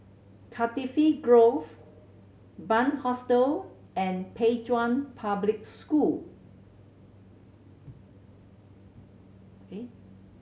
Cardifi Grove Bunc Hostel and Pei Chun Public School